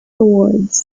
awards